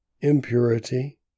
impurity